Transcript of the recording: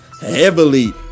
heavily